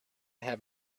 have